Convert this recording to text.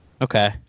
Okay